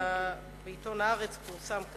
שבעיתון "הארץ" פורסם,